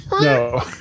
No